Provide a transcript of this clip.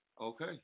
Okay